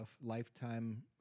lifetime